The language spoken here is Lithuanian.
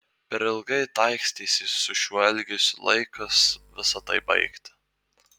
per ilgai taikstėsi su šiuo elgesiu laikas visa tai baigti